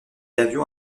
avion